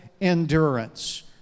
endurance